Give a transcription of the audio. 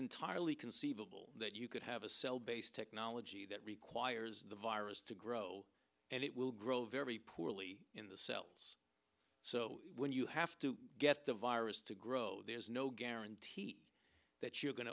entirely conceivable that you could have a cell based technology that requires the virus to grow and it will grow very poorly in the cells so when you have to get the virus to grow there's no guarantee that you're going